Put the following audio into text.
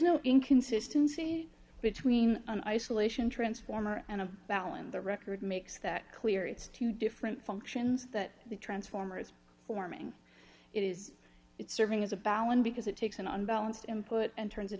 no inconsistency between an isolation transformer and a balun the record makes that clear it's two different functions that the transformers forming it is serving as a ballon because it takes an unbalanced input and turns it